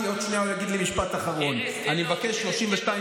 כי עוד שנייה הוא יגיד לי: משפט אחרון.